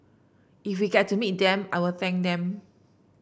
if we get to meet them I will thank them